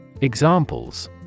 Examples